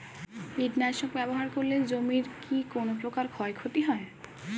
কীটনাশক ব্যাবহার করলে জমির কী কোন প্রকার ক্ষয় ক্ষতি হয়?